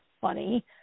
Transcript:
funny